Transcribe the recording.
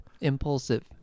Impulsive